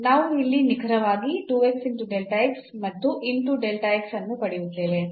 ನಾವು ಇಲ್ಲಿ ನಿಖರವಾಗಿ ಮತ್ತು ಇಂಟು ಅನ್ನು ಪಡೆಯುತ್ತೇವೆ